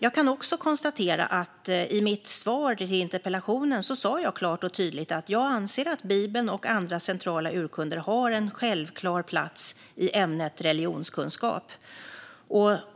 Jag kan också konstatera att jag i mitt svar sa klart och tydligt att jag anser att Bibeln och andra centrala urkunder har en självklar plats i ämnet religionskunskap.